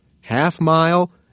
half-mile